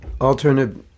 alternative